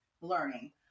learning